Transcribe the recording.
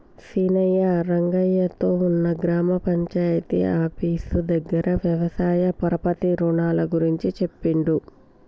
సీనయ్య రంగయ్య తో ఉన్న గ్రామ పంచాయితీ ఆఫీసు దగ్గర వ్యవసాయ పరపతి రుణాల గురించి చెప్పిండు